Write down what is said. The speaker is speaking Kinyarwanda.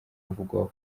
avugwaho